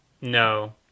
No